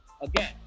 Again